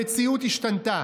המציאות השתנתה.